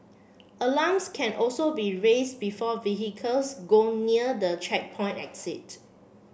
alarms can also be raised before vehicles go near the checkpoint exit